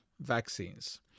vaccines